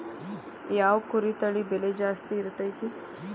ಯಾವ ಕುರಿ ತಳಿ ಬೆಲೆ ಜಾಸ್ತಿ ಇರತೈತ್ರಿ?